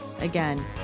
Again